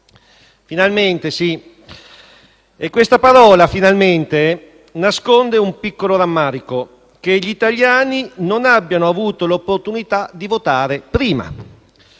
Finalmente, sì. Questa parola «finalmente» nasconde un piccolo rammarico: che gli italiani non abbiano avuto l'opportunità di votare prima